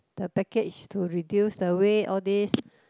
the package to reduce away all these